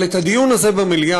אבל את הדיון הזה במליאה,